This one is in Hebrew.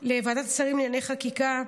לוועדת השרים לענייני חקיקה.